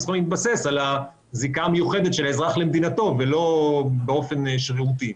הן צריכות להתבסס על הזיקה המיוחדת של האזרח למדינתו ולא באופן שרירותי.